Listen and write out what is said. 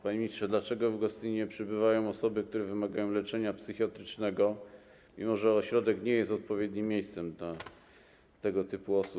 Panie ministrze, dlaczego w Gostyninie przebywają osoby, które wymagają leczenia psychiatrycznego, mimo że ośrodek nie jest odpowiednim miejscem dla tego typu osób?